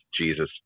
Jesus